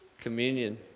Communion